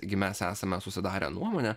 gi mes esame susidarę nuomonę